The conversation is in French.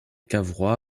cavrois